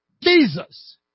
Jesus